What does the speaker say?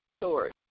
story